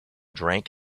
drank